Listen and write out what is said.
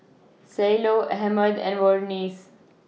Cielo Ahmed and Vernice